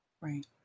right